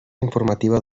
informativa